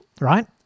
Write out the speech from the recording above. right